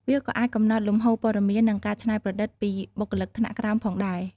វាក៏អាចកំណត់លំហូរព័ត៌មាន និងការច្នៃប្រឌិតពីបុគ្គលិកថ្នាក់ក្រោមផងដែរ។